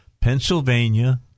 pennsylvania